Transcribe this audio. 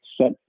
set